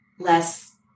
less